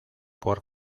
por